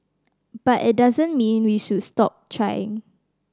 but it doesn't mean we should stop trying